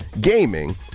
gaming